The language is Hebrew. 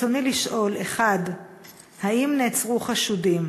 רצוני לשאול: 1. האם נעצרו חשודים?